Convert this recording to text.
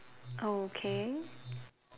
okay